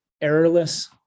errorless